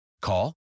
Call